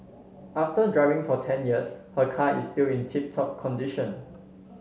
after driving for ten years her car is still in tip top condition